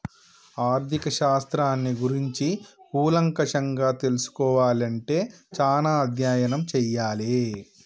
ఆర్ధిక శాస్త్రాన్ని గురించి కూలంకషంగా తెల్సుకోవాలే అంటే చానా అధ్యయనం చెయ్యాలే